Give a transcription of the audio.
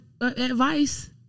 advice